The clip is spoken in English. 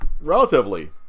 relatively